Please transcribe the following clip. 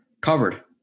covered